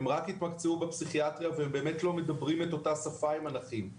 הם רק התמקצעו בפסיכיאטריה והם באמת לא מדברים את אותה שפה עם הנכים.